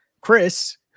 Chris